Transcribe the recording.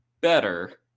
better